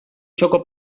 txoko